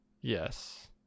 Yes